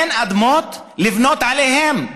אין אדמות לבנות עליהן.